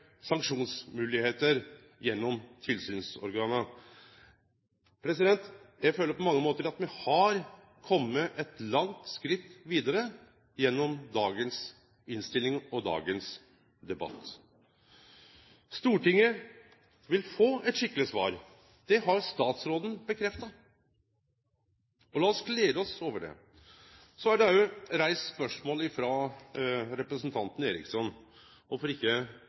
gjennom tilsynsorgana. Eg føler på mange måtar at me har kome eit langt skritt vidare gjennom dagens innstilling og dagens debatt. Stortinget vil få eit skikkeleg svar. Det har statsråden bekrefta. Lat oss glede oss over det. Så er det òg reist spørsmål frå representanten Eriksson om kvifor ikkje